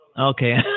Okay